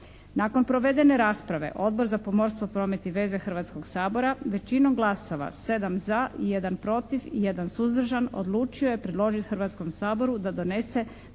Nakon provedene rasprave Odbor za pomorstvo, promet i veze Hrvatskoga sabora većinom glasova 7 za, 1 protiv i 1 suzdržan odlučio je predložiti Hrvatskom saboru da donese